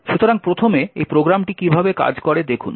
সুতরাং প্রথমে এই প্রোগ্রামটি কিভাবে কাজ করে দেখুন